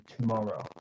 tomorrow